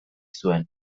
zuen